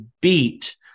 beat